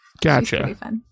Gotcha